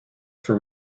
for